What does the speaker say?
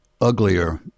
uglier